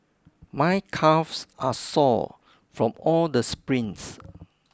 my calves are sore from all the sprints